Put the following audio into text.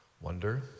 wonder